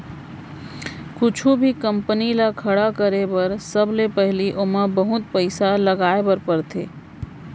कुछु भी कंपनी ल खड़ा करे बर सबले पहिली ओमा बहुत पइसा लगाए बर परथे